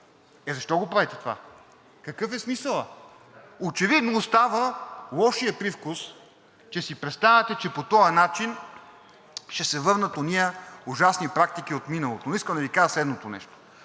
Е, защо го правите това? Какъв е смисълът? Очевидно остава лошият привкус, че си представяте, че по този начин ще се върнат онези ужасни практики от миналото. Но искам да Ви кажа следното нещо: